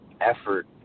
effort